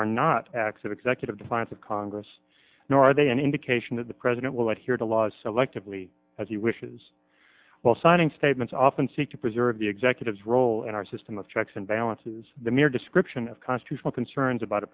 are not acts of executive defiance of congress nor are they an indication that the president will adhere to laws selectively as he wishes well signing statements often seek to preserve the executives role in our system of checks and balances the mere description of constitutional concerns about a